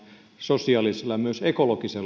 sosiaalista ja myös ekologista